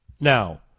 Now